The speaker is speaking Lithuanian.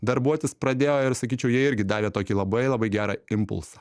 darbuotis pradėjo ir sakyčiau jie irgi davė tokį labai labai gerą impulsą